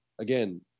again